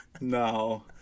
No